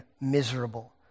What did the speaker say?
miserable